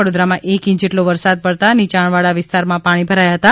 વડોદરામાં એક ઇંચ જેટલો વરસાદ પડતાં નીચાણવાળા વિસ્તારમાં પાણી ભરાયા હતા